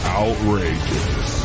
outrageous